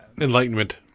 Enlightenment